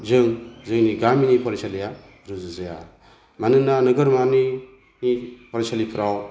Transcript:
जों जोंनि गामिनि फरायसालिया रुजुजाया मानोना नोगोरमानि फरायसालिफ्राव